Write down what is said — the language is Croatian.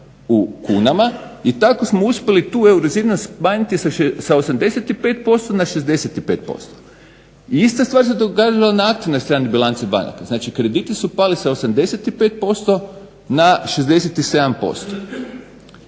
u kunama. I tako smo uspjeli tu euro … smanjiti sa 85% na 65%. Ista stvar se događala na aktivnoj strani bilance banaka, znači krediti su pali sa 85% na 67%.